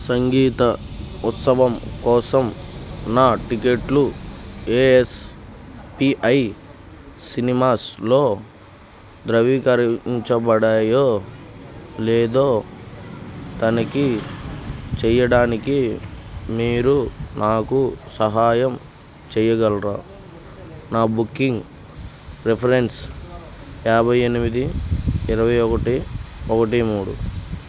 సంగీత ఉత్సవం కోసం నా టిక్కెట్లు ఏ ఎస్ పీ ఐ సినిమాస్లో ధృవీకరించబడాయో లేదో తనిఖీ చేయడానికి మీరు నాకు సహాయం చేయగలరా నా బుకింగ్ రిఫరెన్స్ యాభై ఎనిమిది ఇరవై ఒకటి ఒకటి మూడు